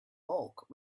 bulk